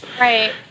Right